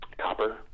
copper